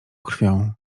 krwią